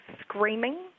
screaming